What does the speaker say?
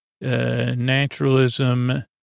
naturalism